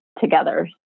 together